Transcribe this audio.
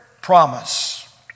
promise